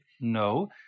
no